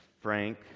Frank